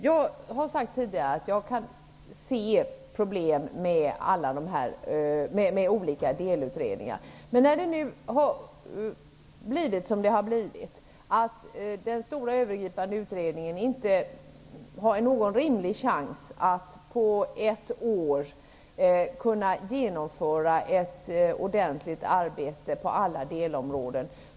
Jag har tidigare sagt att jag kan se problem med att man har olika delutredningar. Nu har det dock blivit så, att den stora övergripande utredningen inte har en rimlig chans att på ett år kunna genomföra ett ordentligt arbete på alla delområden.